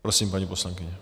Prosím, paní poslankyně.